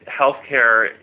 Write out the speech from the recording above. healthcare